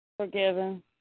Forgiven